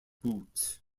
boot